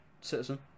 citizen